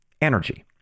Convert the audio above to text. Energy